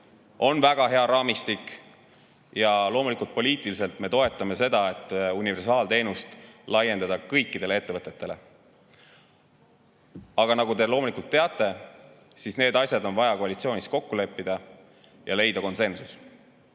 on väga hea raamistik, ja loomulikult me poliitiliselt toetame seda, et universaalteenust laiendada kõikidele ettevõtetele. Aga nagu te teate, need asjad on vaja koalitsioonis kokku leppida ja leida konsensus.